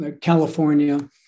California